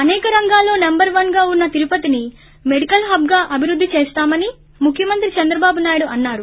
అనేక రంగాల్లో number one గా ఉన్న తిరుపతిని మెడికల్ హద్గా అభివృద్ధి చేస్తామని ముఖ్యమంత్రి చంద్రబాబు నాయుడు అన్నారు